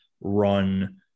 run